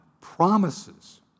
promises